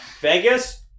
Vegas